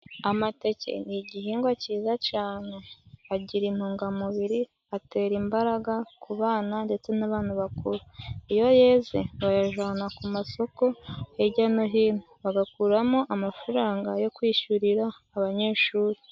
Amateke ni igihingwa cyiza cane. Agira intungamubiri, atera imbaraga ku bana ndetse n'abantu bakuru. Iyo yeze bayajana ku masoko hirya no hino bagakuramo amafaranga yo kwishurira abanyeshuri.